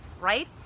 right